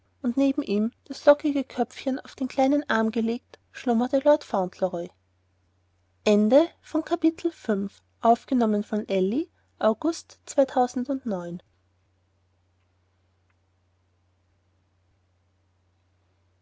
neben ihm das lockige köpfchen auf den kleinen arm gelegt schlummerte lord